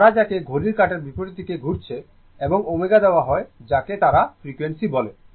আর তারা যাকে ঘড়ির কাঁটার বিপরীত দিকে ঘুরছে এবং ω দেওয়া হয় যাকে তারা ফ্রিকোয়েন্সি বলে